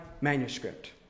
manuscript